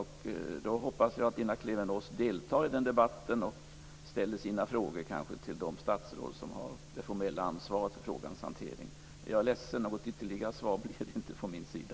Jag hoppas att Lena Klevenås deltar i den debatten och ställer sina frågor till det statsråd som har det formella ansvaret för frågans hantering. Jag är ledsen, men något ytterligare svar blir det inte från min sida.